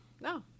no